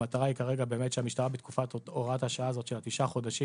המטרה היא כרגע באמת שהמשטרה בתקופת הוראת השעה הזאת של התשעה חודשים